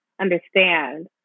understand